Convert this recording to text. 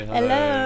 Hello